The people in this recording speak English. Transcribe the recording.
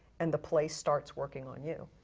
and the play starts working on you.